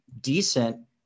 decent